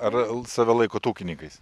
ar save laikote ūkininkais